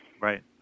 Right